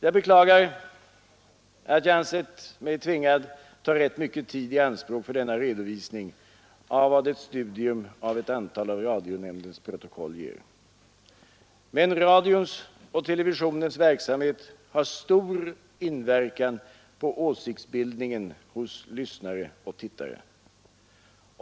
Jag beklagar att jag ansett mig tvingad ta rätt mycket tid i anspråk för denna redovisning av vad ett studium av ett antal av radionämndens protokoll ger. Men radions och televisionens verksamhet har stor inverkan på åsiktsbildningen hos lyssnare och tittare.